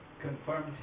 confirmed